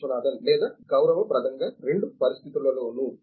విశ్వనాథన్ లేదా గౌరవప్రదంగా రెండు పరిస్థితులలోనూ